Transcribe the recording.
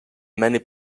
many